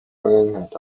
vergangenheit